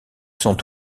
sont